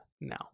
now